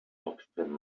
oxygen